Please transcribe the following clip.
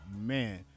Man